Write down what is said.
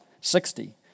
sixty